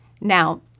Now